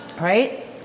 Right